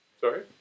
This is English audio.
Sorry